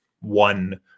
one